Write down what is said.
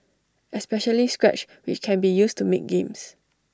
especially scratch which can be used to make games